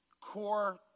core